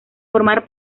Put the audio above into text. formar